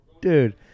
Dude